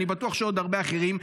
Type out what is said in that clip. ואני בטוח שעוד הרבה אחרים,